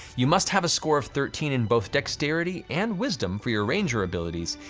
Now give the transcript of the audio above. you must have a score of thirteen in both dexterity and wisdom for your ranger abilities,